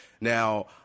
Now